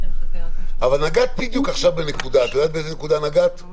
נגעת עכשיו בנקודה: אנחנו